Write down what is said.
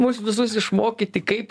mus visus išmokyti kaip